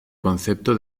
concepto